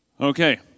Okay